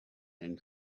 and